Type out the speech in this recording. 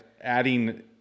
adding